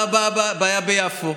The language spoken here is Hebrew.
מה הבעיה ביפו?